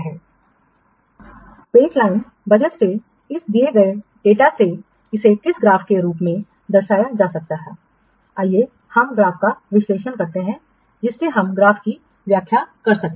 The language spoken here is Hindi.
ही बात हम इस डेटा से कह सकते हैं बेसलाइन बजट से इस दिए गए डेटा से इसे किस ग्राफ के रूप में दर्शाया जा सकता है आइए हम ग्राफ का विश्लेषण करते हैं जिससे हम ग्राफ की व्याख्या कर सकें